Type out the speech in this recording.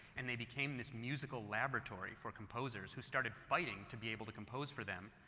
and they became this musical laboratory for composers who started fighting to be able to compose for them.